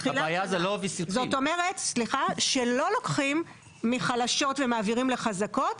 זאת אומרת, שלא לוקחים מחלשות ומעבירים לחזקות,